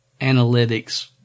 analytics